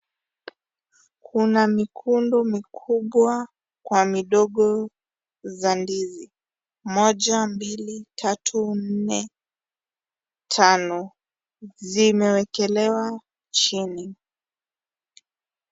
Kuna mikundu mikubwa kwa midogo kwa ndizi. Moja, mbili, tatu, nne, tano. Zimewekelewa chini.